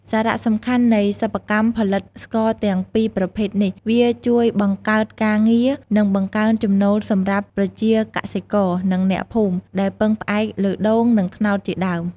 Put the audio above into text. សារៈសំខាន់នៃសិប្បកម្មផលិតស្ករទាំងពីរប្រភេទនេះ វាជួយបង្កើតការងារ និងបង្កើនចំណូលសម្រាប់ប្រជាកសិករ និងអ្នកភូមិ ដែលពឹងផ្អែកលើដូង និងត្នោតជាដើម។